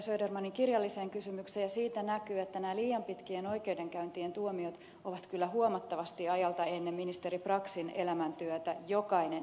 södermanin kirjalliseen kysymykseen ja siitä näkyy että nämä liian pitkien oikeudenkäyntien tuomiot ovat kyllä huomattavasti ajalta ennen ministeri braxin elämäntyötä jokainen niistä